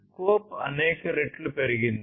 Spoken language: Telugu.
స్కోప్ అనేక రెట్లు పెరిగింది